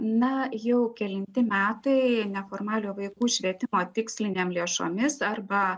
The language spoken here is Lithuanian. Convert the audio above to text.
na jau kelinti metai neformaliojo vaikų švietimo tikslinėm lėšomis arba